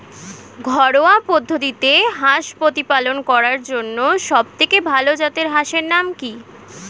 ঘরোয়া পদ্ধতিতে হাঁস প্রতিপালন করার জন্য সবথেকে ভাল জাতের হাঁসের নাম কি?